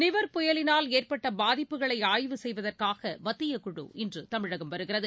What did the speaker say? நிவர் புயலினால் ஏற்பட்டபாதிப்புகளைஆய்வு செய்வதற்காகமத்தியக் குழு இன்றுதமிழகம் வருகிறது